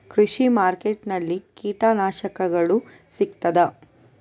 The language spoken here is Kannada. ಕೃಷಿಮಾರ್ಕೆಟ್ ನಲ್ಲಿ ಕೀಟನಾಶಕಗಳು ಸಿಗ್ತದಾ?